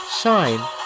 shine